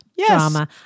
drama